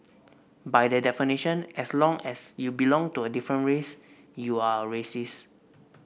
by that definition as long as you belong to a different race you are a racist